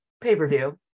pay-per-view